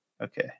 okay